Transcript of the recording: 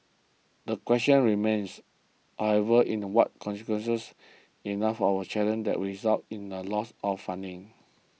the question remains however in the what consequences enough of a challenge that results in a loss of funding